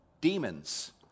demons